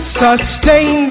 sustain